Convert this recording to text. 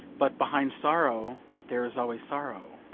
but behind sorrow there is always sorrow.